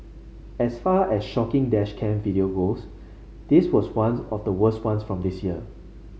as far as shocking dash cam video goes this was ones of the worst ones from this year